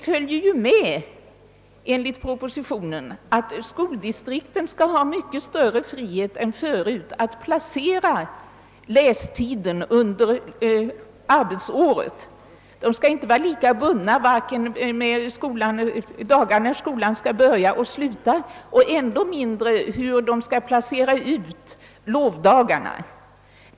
Propositionens förslag medför, att skoldistrikten får större frihet när det gäller disponeringen av arbetstiden under läsåret. De skall inte vara bundna vare sig i fråga om när läsåret skall börja och sluta eller — ännu mindre — i fråga om utplaceringen av lovdagarna.